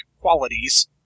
qualities